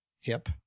hip